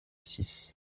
six